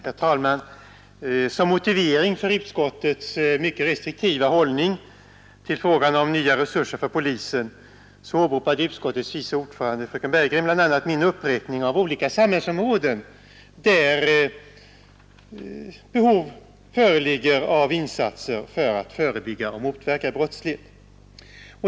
Herr talman! Som motivering för utskottets mycket restriktiva hållning till frågan om nya resurser för polisen åberopade utskottets vice ordförande fröken Bergegren bl.a. min uppräkning av olika samhällsområden, där behov föreligger av insatser för att förebygga och motverka brottslighet.